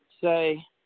say